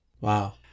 Wow